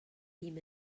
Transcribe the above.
bum